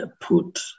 put